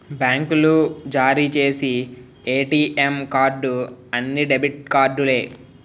బ్యాంకులు జారీ చేసి ఏటీఎం కార్డు అన్ని డెబిట్ కార్డులే